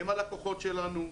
הם הלקוחות שלנו,